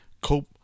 cope